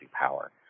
power